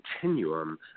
continuum